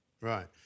Right